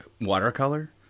Watercolor